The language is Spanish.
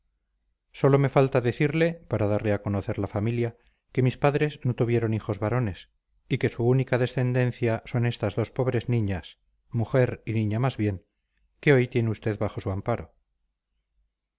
sólo me falta decirle para darle a conocer la familia que mis padres no tuvieron hijos varones y que su única descendencia son estas dos pobres niñas mujer y niña más bien que hoy tiene usted bajo su amparo